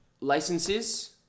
licenses